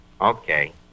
okay